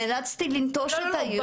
נאלצתי לנטוש את העיר.